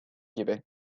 gibi